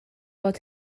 fod